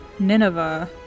Nineveh